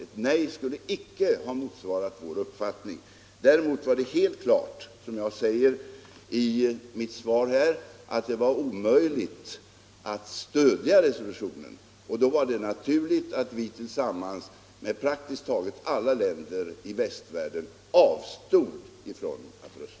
Ett nej skulle icke ha motsvarat vår uppfattning. Däremot var det helt klart, som jag sagt i mitt svar i dag, att det var omöjligt att stödja resolutionen. Under sådana förhållanden var det naturligt att vi tillsammans med praktiskt taget alla andra länder i västvärlden avstod från att rösta.